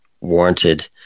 warranted